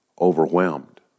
overwhelmed